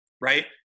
Right